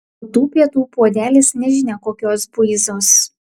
o tų pietų puodelis nežinia kokios buizos